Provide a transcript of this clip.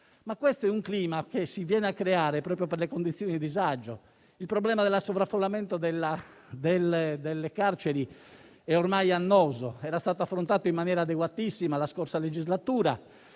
Questo è un clima che si viene a creare proprio a causa delle condizioni di disagio. Il problema del sovraffollamento delle carceri è ormai annoso ed era stato affrontato in maniera adeguatissima la scorsa legislatura,